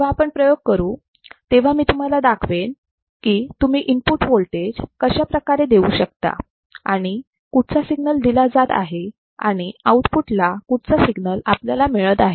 जेव्हा आपण प्रयोग करु तेव्हा मी तुम्हाला दाखवेन की तुम्ही इनपुट वोल्टेज कशाप्रकारे देऊ शकता आणि कुठचा सिग्नल दिला जात आहे आणि आऊटपुटला कुठचा सिग्नल आपल्याला मिळत आहे